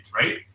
right